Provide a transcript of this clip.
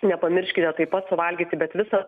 nepamirškite taip pat suvalgyti bet visa